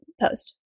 post